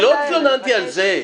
אני לא התלוננתי על זה.